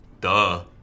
Duh